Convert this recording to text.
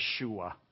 Yeshua